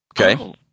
Okay